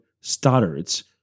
Stoddards